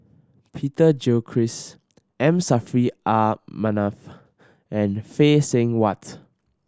Peter Gilchrist M Saffri R Manaf and Phay Seng Whatt